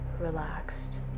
relaxed